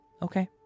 Okay